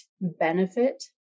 benefit